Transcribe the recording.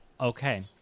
Okay